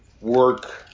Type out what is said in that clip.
work